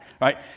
Right